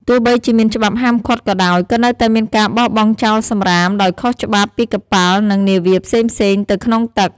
ទោះបីជាមានច្បាប់ហាមឃាត់ក៏ដោយ ក៏នៅតែមានការបោះបង់ចោលសំរាមដោយខុសច្បាប់ពីកប៉ាល់និងនាវាផ្សេងៗទៅក្នុងទឹក។